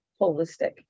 holistic